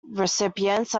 recipients